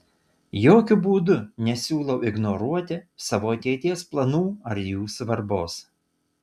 jokiu būdu nesiūlau ignoruoti savo ateities planų ar jų svarbos